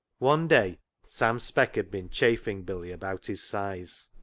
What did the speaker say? one day sam speck had been chaffing billy about his size.